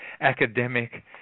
academic